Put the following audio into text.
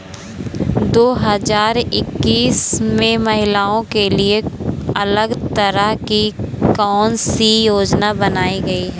दो हजार इक्कीस में महिलाओं के लिए अलग तरह की कौन सी योजना बनाई गई है?